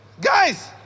Guys